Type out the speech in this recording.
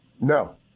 no